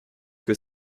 que